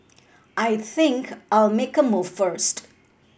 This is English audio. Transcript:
I think I'll make a move first